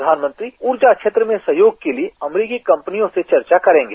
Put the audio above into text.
प्रधानमंत्री ऊर्जा क्षेत्र में सहयोग के लिए अमरीकी कंपनियों से चर्चा करेंगे